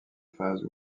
phase